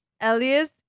Elias